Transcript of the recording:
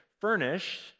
furnished